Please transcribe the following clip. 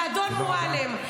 לאדון מועלם.